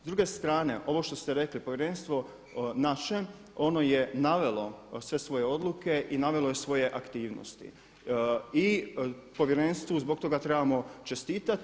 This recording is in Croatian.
S druge strane ovo što ste rekli, povjerenstvo … ono je navelo sve svoje odluke i navelo je svoje aktivnosti i povjerenstvu zbog toga trebamo čestiti.